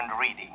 reading